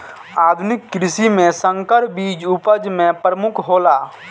आधुनिक कृषि में संकर बीज उपज में प्रमुख हौला